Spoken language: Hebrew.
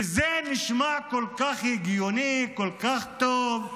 וזה נשמע כל כך הגיוני, כל כך טוב,